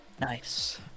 Nice